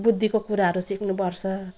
बुद्धिको कुराहरू सिक्नुपर्छ